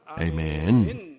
Amen